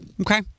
Okay